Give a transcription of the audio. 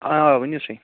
آ ؤنِو تُہۍ